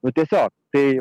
nu tiesiog tai